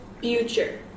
future